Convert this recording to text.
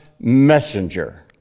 messenger